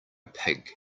pig